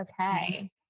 okay